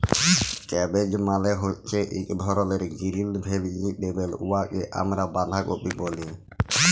cabbage মালে হছে ইক ধরলের গিরিল ভেজিটেবল উয়াকে আমরা বাঁধাকফি ব্যলি